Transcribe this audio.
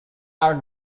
are